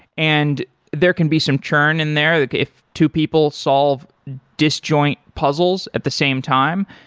and there can be some churn in there. if two people solve disjoint puzzles at the same time,